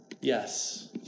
yes